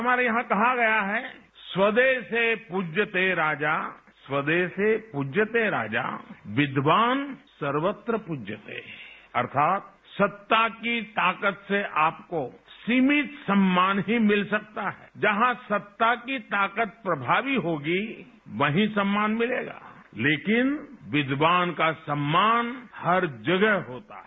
हमारे यहां कहा गया है स्वदे से पूज्यपते राजा स्वदे से प्रज्यते राजा विद्वान सर्वत्र प्रज्यते अर्थात सत्ता की ताकत से आपको सिमित सम्मान ही मिल सकता है जहां सत्ता की ताकत प्रभावी होगी वहीं सम्मान मिलेगा लेकिन विद्वान का सम्मान हर जगह होता है